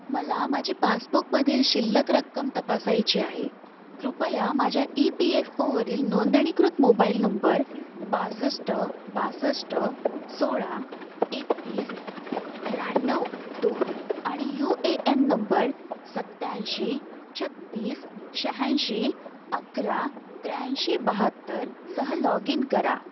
मला माझी पासबुकमधील शिल्लक रक्कम तपासायची आहे कृपया माझ्या ई पी एफ ओवरील नोंदणीकृत मोबाईल नंबर बासष्ट बासष्ट सोळा एकतीस त्र्याण्णव दोन आणि यू ए एन नंबर सत्याऐंशी छत्तीस शह्याऐंशी अकरा त्र्याऐंशी बहात्तर सह लॉग इन करा